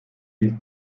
dies